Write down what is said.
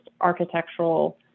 architectural